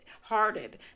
hearted